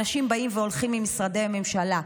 אנשים באים והולכים ממשרדי ממשלה.